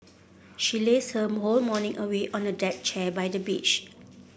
she lazed her whole morning away on a deck chair by the beach